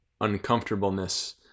uncomfortableness